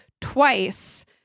twice